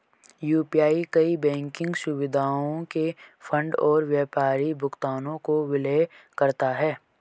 UPI कई banking सुविधाओं के फंड और व्यापारी भुगतानों को विलय करता है